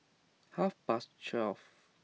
half past twelve